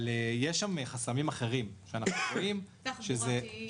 יש שם חסמים אחרים שאנחנו סבורים -- תחבורתיים.